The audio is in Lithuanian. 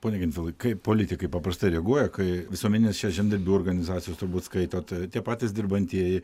pone gentvilai kaip politikai paprastai reaguoja kai visuomenines čia žemdirbių organizacijos turbūt skaitot tie patys dirbantieji